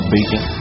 Beacon